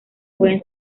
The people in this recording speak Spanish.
pueden